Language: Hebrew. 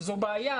זה בעיה,